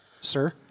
sir